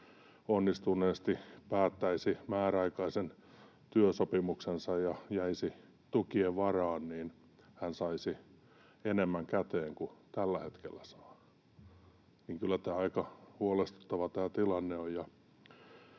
onnistuneesti päättäisi määräaikaisen työsopimuksensa ja jäisi tukien varaan, hän saisi enemmän käteen kuin tällä hetkellä saa. Eli kyllä aika huolestuttava tämä tilanne on.